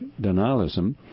denialism